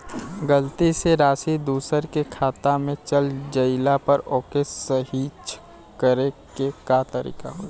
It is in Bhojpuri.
गलती से राशि दूसर के खाता में चल जइला पर ओके सहीक्ष करे के का तरीका होई?